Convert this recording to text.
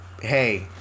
hey